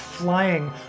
flying